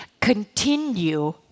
continue